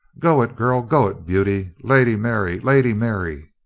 go it, girl. go it, beauty. lady mary! lady mary!